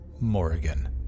Morgan